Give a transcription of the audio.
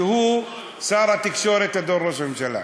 שהוא שר התקשורת אדון ראש הממשלה.